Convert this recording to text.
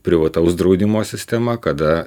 privataus draudimo sistema kada